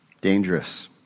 Dangerous